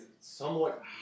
somewhat